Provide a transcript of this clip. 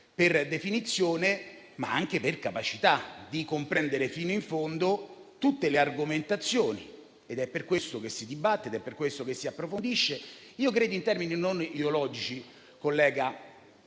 per definizione, ma anche per capacità di comprendere fino in fondo tutte le argomentazioni. È per questo che si dibatte e si approfondisce, credo in termini non ideologici, collega,